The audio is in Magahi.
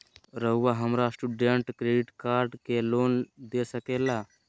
रहुआ हमरा स्टूडेंट क्रेडिट कार्ड के लिए लोन दे सके ला?